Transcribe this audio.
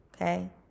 okay